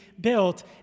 built